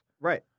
Right